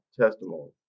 testimony